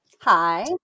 Hi